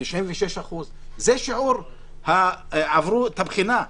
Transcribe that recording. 96%. זה השיעור שעברו את הבחינה.